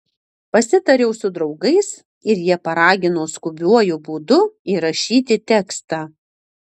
pasitariau su draugais ir jie paragino skubiuoju būdu įrašyti tekstą